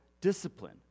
discipline